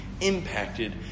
impacted